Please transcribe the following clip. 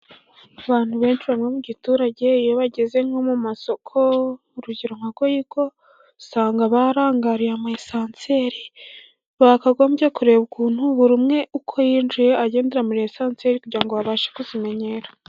Abantu benshi bava mu giturage, iyo bageze nko mu masoko urugero nka goyiko, usanga barangariye amayesanseri, bakagombye kureba ukuntu buri umwe uko yinjiye agendera muri esanseri ye, kugira ngo babashe kuzimenyera.